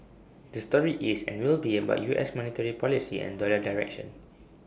the story is and will be about U S monetary policy and dollar direction